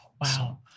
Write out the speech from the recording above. Wow